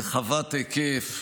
רחבת היקף,